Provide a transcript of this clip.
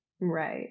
right